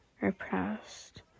repressed